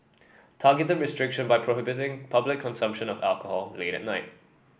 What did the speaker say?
targeted restriction by prohibiting public consumption of alcohol late at night